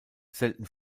selten